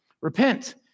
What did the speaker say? repent